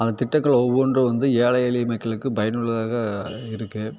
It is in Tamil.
அந்த திட்டங்கள் ஒவ்வொன்றும் வந்து ஏழை எளிய மக்களுக்கு பயனுள்ளதாக இருக்குது